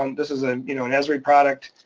um this is an you know an estuary product